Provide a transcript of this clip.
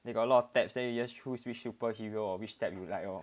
they got a lot of taps that you just choose which superhero or which tap you like lor